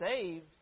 saved